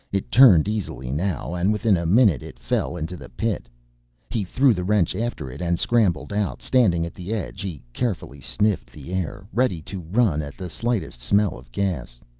it turned easily now and within a minute it fell into the pit he threw the wrench after it and scrambled out. standing at the edge he carefully sniffed the air, ready to run at the slightest smell of gas.